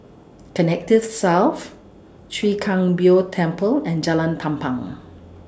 Connexis South Chwee Kang Beo Temple and Jalan Tampang